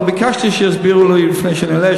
אבל ביקשתי שיסבירו לי לפני שאני עולה,